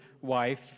wife